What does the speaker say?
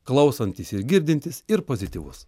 klausantis ir girdintis ir pozityvus